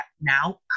now